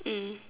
mm